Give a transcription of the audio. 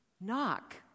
knock